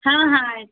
ಹಾಂ ಹಾಂ ಆಯ್ತು